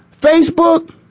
Facebook